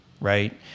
right